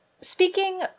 Speaking